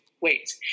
Wait